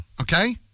okay